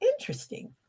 Interesting